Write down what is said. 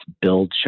Build